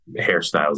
hairstyles